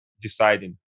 deciding